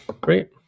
Great